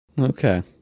okay